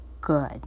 good